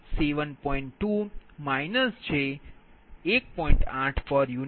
uI23